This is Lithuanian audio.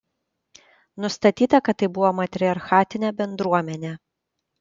nustatyta kad tai buvo matriarchatinė bendruomenė